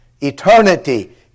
Eternity